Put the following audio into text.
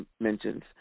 mentions